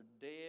dead